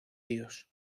dios